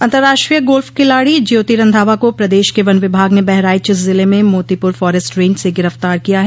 अंतर्राष्ट्रीय गोल्फ खिलाड़ी ज्योति रंधावा को प्रदेश के वन विभाग ने बहराइच जिले में मोतीपुर फॉरेस्ट रेंज से गिरफ्तार किया है